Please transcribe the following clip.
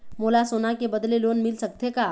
मोला सोना के बदले लोन मिल सकथे का?